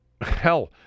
Hell